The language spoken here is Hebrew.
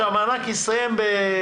לא את הכסף שאתם נותנים, כלום.